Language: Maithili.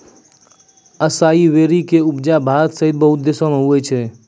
असाई वेरी के उपजा भारत सहित बहुते देशो मे होय छै